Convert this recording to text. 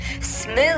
smooth